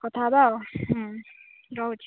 କଥା ହେବା ଆଉ ରହୁଛି